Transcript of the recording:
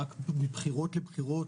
רק מבחירות לבחירות,